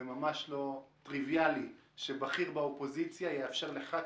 זה ממש לא טריוויאלי שבכיר באופוזיציה יאפשר לחבר כנסת